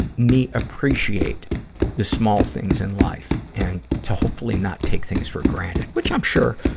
me appreciate the small things in life and to hopefully not take things for granted which i'm sure,